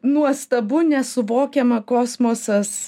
nuostabu nesuvokiama kosmosas